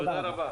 תודה רבה.